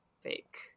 fake